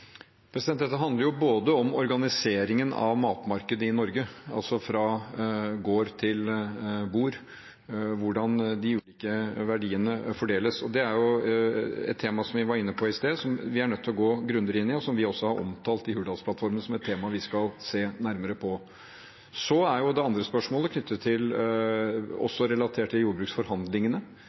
Dette handler om organiseringen av matmarkedet i Norge, fra gård til bord, hvordan de ulike verdiene fordeles. Det er et tema som vi var inne på i sted, som vi er nødt til å gå grundigere inn i, og som vi også har omtalt i Hurdalsplattformen som et tema vi skal se nærmere på. Det andre spørsmålet er relatert til jordbruksforhandlingene, altså hvordan man legger til